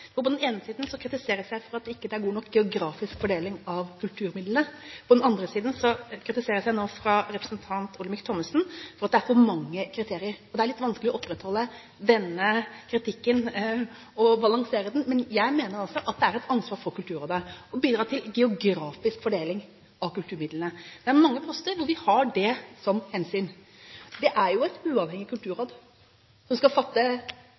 ikke er god nok geografisk fordeling av kulturmidlene, og på den andre siden kritiseres jeg nå av representanten Olemic Thommessen for at det er for mange kriterier. Det er litt vanskelig å opprettholde denne kritikken og balansere den. Men jeg mener altså at det er et ansvar for Kulturrådet å bidra til geografisk fordeling av kulturmidlene. Det er mange poster hvor vi har det som hensyn. Det er jo et uavhengig kulturråd, som skal fatte